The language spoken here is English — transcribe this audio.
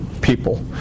people